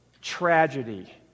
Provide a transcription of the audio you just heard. tragedy